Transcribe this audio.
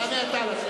תענה אתה.